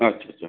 हां ठीक आहे